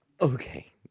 Okay